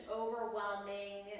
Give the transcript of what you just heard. overwhelming